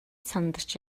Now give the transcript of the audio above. сандарч